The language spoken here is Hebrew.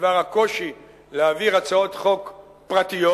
בדבר הקושי להעביר הצעות חוק פרטיות,